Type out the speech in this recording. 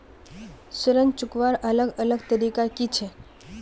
ऋण चुकवार अलग अलग तरीका कि छे?